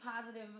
positive